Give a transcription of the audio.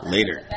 Later